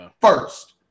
first